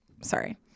sorry